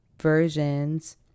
versions